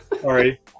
Sorry